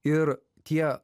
ir tie